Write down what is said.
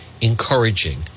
encouraging